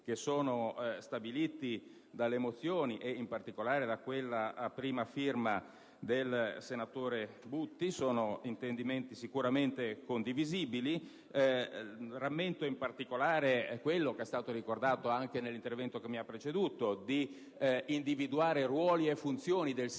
previsti dalle mozioni, in particolare da quella a prima firma del senatore Butti, sono sicuramente condivisibili. Rammento, in particolare, quello che è stato ricordato anche nell'intervento che mi ha preceduto, di individuare ruoli e funzioni del sistema